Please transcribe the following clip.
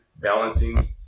balancing